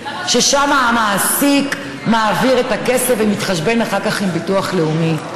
ששם המעסיק מעביר את הכסף ומתחשבן אחר כך עם ביטוח לאומי.